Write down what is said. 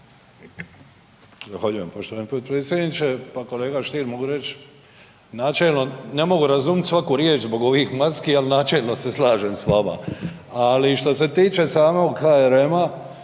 Zahvaljujem poštovani potpredsjedniče. Pa kolega Stier mogu reći načelno, ne mogu razumit svaku riječ zbog ovih maski ali načelno se slažem s vama, ali šta se tiče samog HRM-a